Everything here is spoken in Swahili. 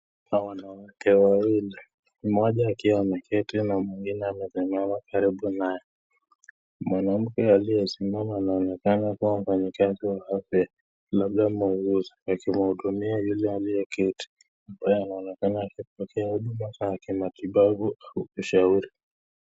Wanawake wawili, mmoja akiwa ameketi huku mwingine amesimama karibu naye. Mwanamke aliyesimama anaonekana kuwa mfanyikazi wa afya labda muuguzi akimhudumia yule aliyeketi ambaye anaonekana akipokea matibabu au mashauri.